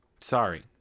Sorry